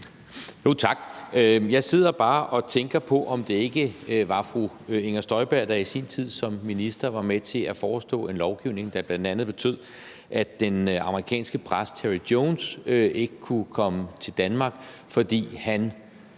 Tak. Jeg sidder bare og tænker på, om det ikke var fru Inger Støjberg, der i sin tid som minister var med til at foreslå en lovgivning, der bl.a. betød, at den amerikanske præst Terry Jones ikke kunne komme til Danmark, fordi han